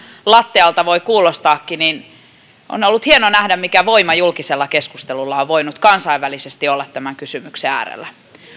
lattealta voi kuulostaakin on ollut hieno nähdä mikä voima julkisella keskustelulla on voinut kansainvälisesti olla tämän kysymyksen äärellä